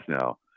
now